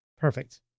Perfect